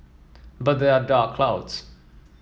but there are dark clouds